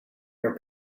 your